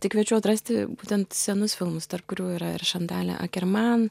tai kviečiu atrasti būtent senus filmus tarp kurių yra ir šandalė akerman